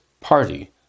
Party